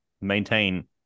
maintain